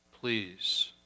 Please